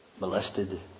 molested